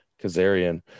Kazarian